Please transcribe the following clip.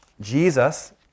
Jesus